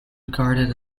regarded